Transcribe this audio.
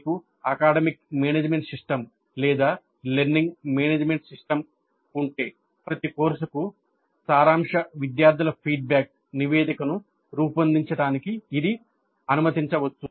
మీకు academic management system లేదా learning management system ఉంటే ప్రతి కోర్సుకు సారాంశ విద్యార్థుల ఫీడ్బ్యాక్ నివేదికను రూపొందించడానికి ఇది అనుమతించవచ్చు